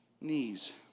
knees